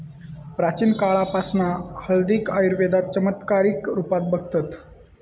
प्राचीन काळापासना हळदीक आयुर्वेदात चमत्कारीक रुपात बघतत